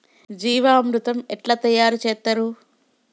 జీవామృతం ఎట్లా తయారు చేత్తరు?